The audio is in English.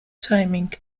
timing